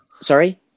Sorry